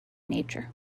nature